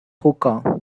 hookah